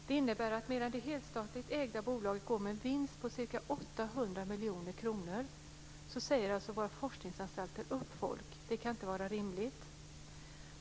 Det innebär att medan det helstatligt ägda bolaget går med en vinst på ca 800 miljoner kronor säger våra forskningsanstalter upp människor. Det kan inte vara rimligt.